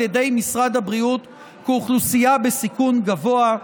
ידי משרד הבריאות כאוכלוסייה בסיכון גבוה.